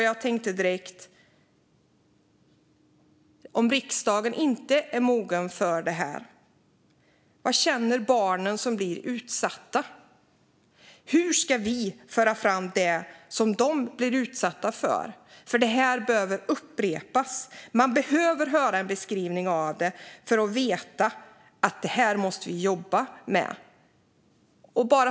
Jag tänkte direkt att om riksdagen inte är mogen för detta, vad känner då de barn som blir utsatta? Hur ska vi föra fram det som de blir utsatta för? För detta behöver upprepas. Man behöver höra en beskrivning av det för att veta att vi måste jobba emot det.